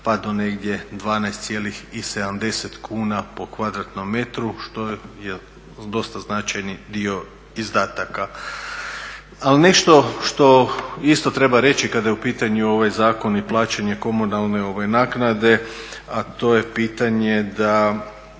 pa do negdje 12,70 kuna po kvadratnom metru što je dosta značajni dio izdataka. Ali nešto što isto treba reći kada je u pitanju ovaj zakon i plaćanje komunalne naknade, a to je pitanje da